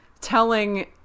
telling